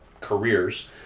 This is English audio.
careers